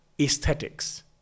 aesthetics